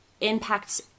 impact